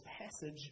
passage